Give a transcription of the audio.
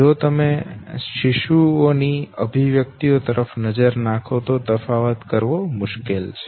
જો તમે શિશુઓ ની અભિવ્યક્તિઓ પર નજર નાખો તો તફાવત કરવો મુશ્કેલ છે